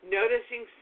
noticing